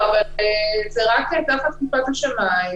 זה רק תחת כיפת השמיים.